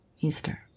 Easter